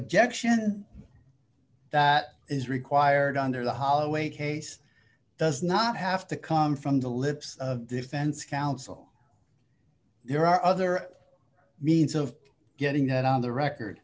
objection that is required under the holloway case does not have to come from the lips of defense counsel there are other means of getting it on the record